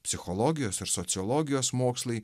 psichologijos ir sociologijos mokslai